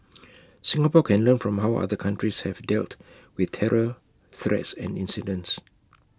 Singapore can learn from how other countries have dealt with terror threats and incidents